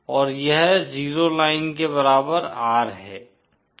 और यह 0 लाइन के बराबर R है